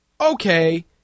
okay